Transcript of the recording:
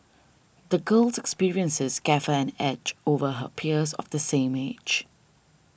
the girl's experiences gave her an edge over her peers of the same age